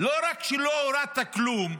לא רק שלא הורדת כלום,